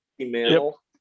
Email